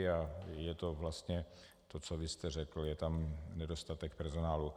A je to vlastně to, co vy jste řekl, je tam nedostatek personálu.